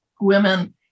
women